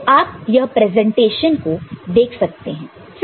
तो आप यह प्रेजेंटेशन को देख सकते हैं